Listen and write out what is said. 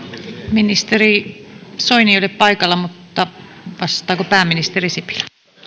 ministeri soini ei ole paikalla mutta vastaako pääministeri sipilä